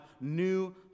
new